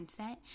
mindset